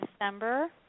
December